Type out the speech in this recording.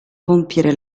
compiere